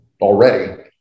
already